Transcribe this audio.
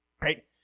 right